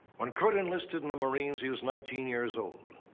when curt enlisted in the marines, he was nineteen years old.